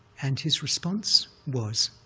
and his response was,